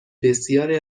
بسیاری